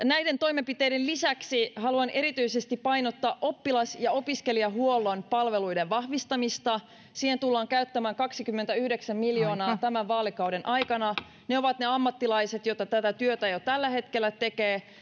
näiden toimenpiteiden lisäksi erityisesti painottaa oppilas ja opiskelijahuollon palveluiden vahvistamista siihen tullaan käyttämään kaksikymmentäyhdeksän miljoonaa tämän vaalikauden aikana ja ne ammattilaiset ovat niitä jotka tätä työtä jo tällä hetkellä tekevät